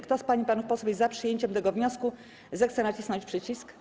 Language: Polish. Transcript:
Kto z pań i panów posłów jest za przyjęciem tego wniosku, zechce nacisnąć przycisk.